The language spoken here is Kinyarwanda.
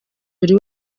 buri